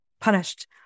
punished